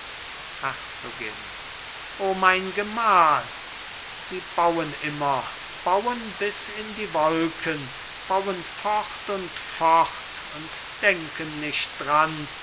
herzogin o mein gemahl sie bauen immer bauen bis in die wolken bauen fort und fort und denken nicht dran